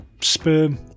sperm